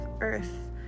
earth